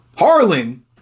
Harlan